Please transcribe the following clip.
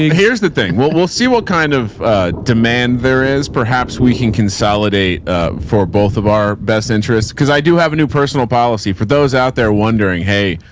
here's the thing we'll we'll see what kind of a demand there is. perhaps we can consolidate for both of our best interests. cause i do have a new personal policy for those out there wondering, hey,